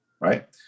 right